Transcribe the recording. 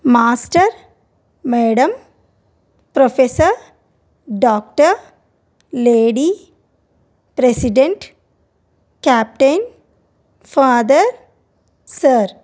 master madam professor doctor lady president captain father sir